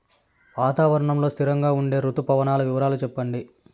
వాతావరణం లో స్థిరంగా ఉండే రుతు పవనాల వివరాలు చెప్పండి?